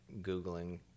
googling